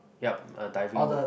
yup a diving book